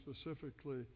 specifically